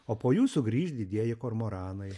o po jų sugrįš didieji kormoranai